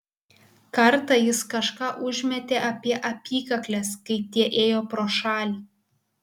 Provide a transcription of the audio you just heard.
kartą jis kažką užmetė apie apykakles kai tie ėjo pro šalį